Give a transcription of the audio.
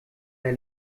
der